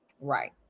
right